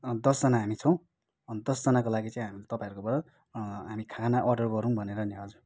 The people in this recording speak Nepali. दसजना हामी छौँ दसजनाको लागि चाहिँ हामी तपाईँहरूकोबाट हामी खाना अर्डर गरौँ भनेर नि हजुर